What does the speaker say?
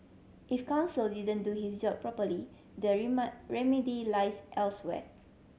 if counsel didn't do his job properly the remedy lies elsewhere